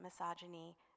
misogyny